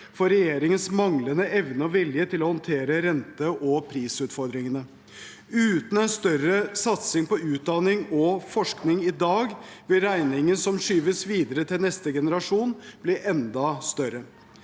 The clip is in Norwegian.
for regjeringens manglende evne og vilje til å håndtere rente- og prisutfordringene. Uten en større satsing på utdanning og forskning i dag vil regningen som skyves videre til neste generasjon, bli enda større.